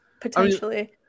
potentially